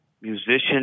musicians